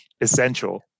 essential